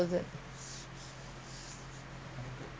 ah